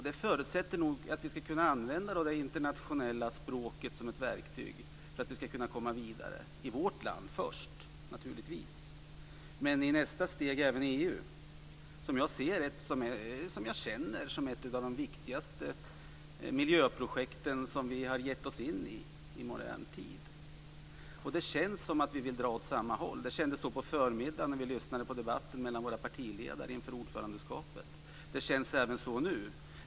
Det förutsätter att vi kan använda det internationella språket som ett verktyg för att komma vidare i vårt land först, naturligtvis, men i nästa steg även i EU. Som jag känner det är det ett av de viktigaste miljöprojekt vi har gett oss in på i modern tid. Det känns som om vi vill dra åt samma håll. Det kändes så på förmiddagen när vi lyssnade på debatten mellan våra partiledare inför ordförandeskapet. Det känns även så nu.